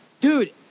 dude